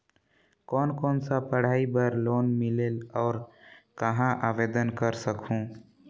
कोन कोन सा पढ़ाई बर लोन मिलेल और कहाँ आवेदन कर सकहुं?